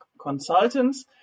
consultants